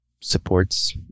supports